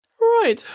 Right